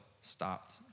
stopped